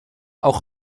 auch